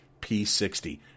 P60